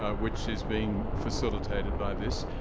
ah which is being facilitated by this.